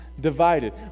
divided